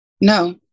No